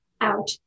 out